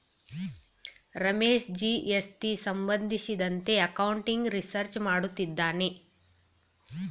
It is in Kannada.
ರಮೇಶ ಜಿ.ಎಸ್.ಟಿ ಸಂಬಂಧಿಸಿದಂತೆ ಅಕೌಂಟಿಂಗ್ ರಿಸರ್ಚ್ ಮಾಡುತ್ತಿದ್ದಾನೆ